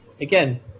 again